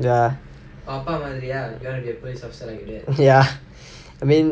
ya ya I mean